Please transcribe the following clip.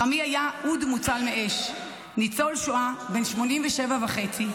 חמי היה אוד מוצל מאש, ניצול שואה בן 87 וחצי,